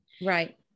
right